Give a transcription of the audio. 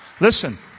Listen